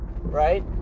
right